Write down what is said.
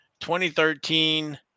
2013